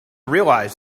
realize